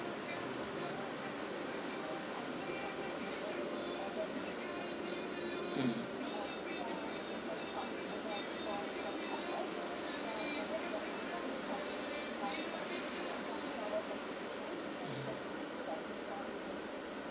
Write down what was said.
mm